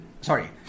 Sorry